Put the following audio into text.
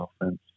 offense